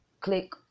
Click